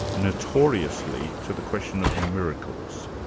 notoriously, to the question of miracles.